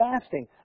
fasting